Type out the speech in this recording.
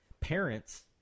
Parents